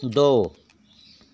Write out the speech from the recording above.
दो